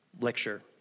lecture